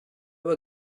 were